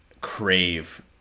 crave